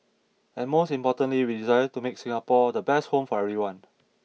and most importantly we desire to make Singapore the best home for everyone